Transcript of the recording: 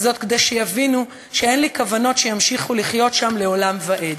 זאת כדי שיבינו שאין לי כוונות שימשיכו לחיות שם לעולם ועד.